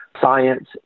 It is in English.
science